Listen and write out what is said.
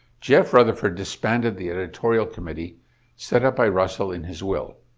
j f. rutherford disbanded the editorial committee set up by russell in his will.